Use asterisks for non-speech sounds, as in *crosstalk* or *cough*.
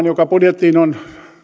*unintelligible* joka budjettiin on